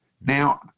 Now